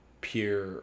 pure